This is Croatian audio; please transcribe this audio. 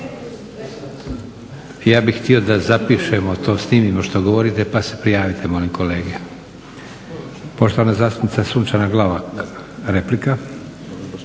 Ja bih htio da zapišemo to, snimimo što govorite pa se prijavite, molim kolega. Poštovana zastupnica Sunčana Glavak, replika.